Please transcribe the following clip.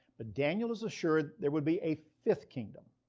ah daniel is assured there would be a fifth kingdom,